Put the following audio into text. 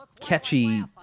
catchy